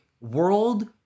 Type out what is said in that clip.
world